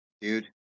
dude